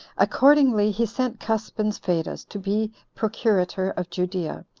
accordingly he sent cuspins fadus to be procurator of judea,